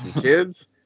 kids